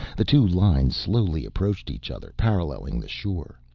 the two lines slowly approached each other, paralleling the shore.